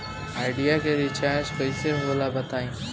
Idea के recharge कइसे होला बताई?